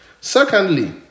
Secondly